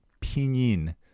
pinyin